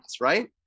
right